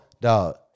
dog